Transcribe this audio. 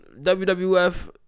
WWF